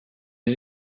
ihr